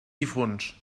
difunts